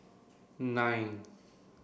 nine